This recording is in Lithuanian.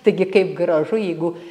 taigi kaip gražu jeigu